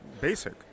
basic